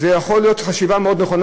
זו יכולה להיות חשיבה מאוד נכונה,